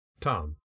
Tom